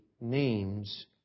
names